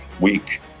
week